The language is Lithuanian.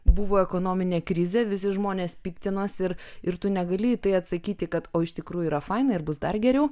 buvo ekonominė krizė visi žmonės piktinosi ir ir tu negali į tai atsakyti kad o iš tikrųjų yra faina ir bus dar geriau